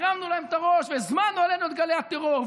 הרמנו להם את הראש והזמנו עלינו את גלי הטרור.